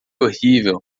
horrível